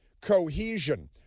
cohesion